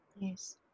Yes